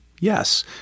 Yes